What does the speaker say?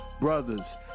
brothers